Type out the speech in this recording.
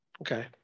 Okay